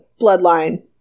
bloodline